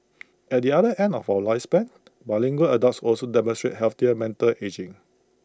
at the other end of our lifespan bilingual adults also demonstrate healthier mental ageing